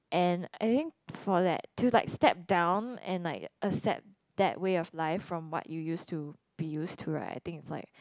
and I mean for that to like step down and like accept that way of life from what you used to be used to right I think is like